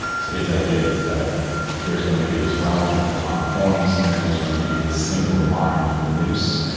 so his idea is that there's going to be this realm of platonic forms and then there's going to be this single mind, the nous,